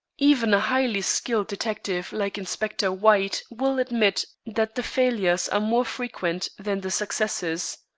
even a highly skilled detective like inspector white will admit that the failures are more frequent than the successes.